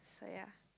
so ya